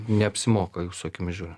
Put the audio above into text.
neapsimoka jūsų akimis žiūrint